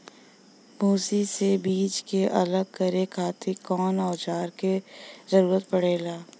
भूसी से बीज के अलग करे खातिर कउना औजार क जरूरत पड़ेला?